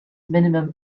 minimum